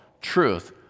truth